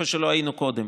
מה שלא היינו קודם.